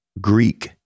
Greek